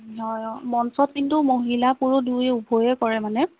হয় অঁ মঞ্চত কিন্তু মহিলা পুৰুষ দুয়ো উভয়ে কৰে মানে